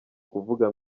kuvuga